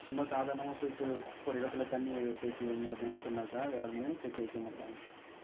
சும்மா சாதாரணமாக போயிட்டு ஒரு இடத்துல தண்ணியை தேக்கி வைங்க அப்படின்னு சொன்னாக்கா யாருமே தேக்கி வைக்க மாட்டாங்க